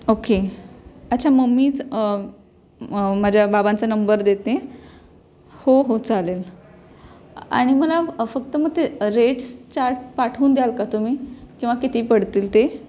okay अच्छा मम्मीच माझ्या बाबांचा नंबर देते हो हो चालेल आणि मला फक्त मग ते रेट्स चाट पाठवून द्याल का तुम्ही किंवा किती पडतील ते